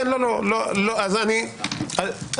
הן היו בחסויה?